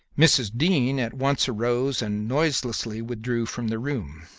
mrs. dean at once arose and noiselessly withdrew from the room.